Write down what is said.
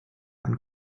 man